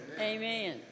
Amen